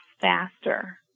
faster